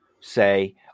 say